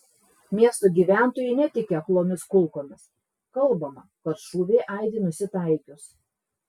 miesto gyventojai netiki aklomis kulkomis kalbama kad šūviai aidi nusitaikius